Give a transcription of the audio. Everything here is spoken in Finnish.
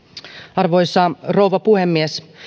arvoisa rouva puhemies